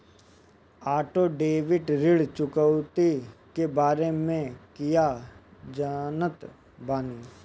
Auto debit ऋण चुकौती के बारे में कया जानत बानी?